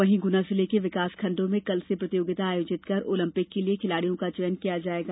वहीं गुना जिले के विकासखंडों में कल से प्रतियोगिता आयोजित कर ओलपिंक के लिए खिलाड़ियों का चयन किया जायेगा